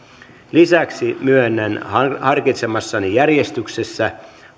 lisäksi myönnän harkitsemassani järjestyksessä